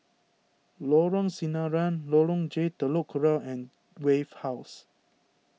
Lorong Sinaran Lorong J Telok Kurau and Wave House